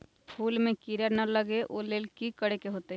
फूल में किरा ना लगे ओ लेल कि करे के होतई?